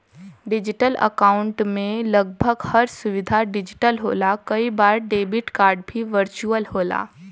digital account में लगभग हर सुविधा डिजिटल होला कई बार डेबिट कार्ड भी वर्चुअल मिलला